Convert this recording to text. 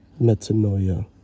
metanoia